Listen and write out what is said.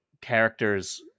characters